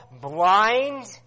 blind